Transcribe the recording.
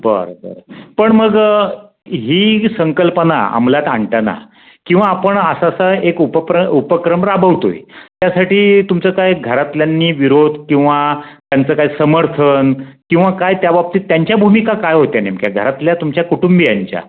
बरं बरं पण मग ही जी संकल्पना अमलात आणताना किंवा आपण असं असं एक उपप्र उपक्रम राबवतो आहे त्यासाठी तुमचं काय घरातल्यांनी विरोध किंवा त्यांचं काय समर्थन किंवा काय त्या बाबतीत त्यांच्या भूमिका काय होत्या नेमक्या घरातल्या तुमच्या कुटुंबियांच्या